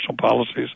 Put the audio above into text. policies